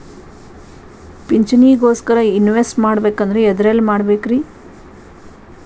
ಪಿಂಚಣಿ ಗೋಸ್ಕರ ಇನ್ವೆಸ್ಟ್ ಮಾಡಬೇಕಂದ್ರ ಎದರಲ್ಲಿ ಮಾಡ್ಬೇಕ್ರಿ?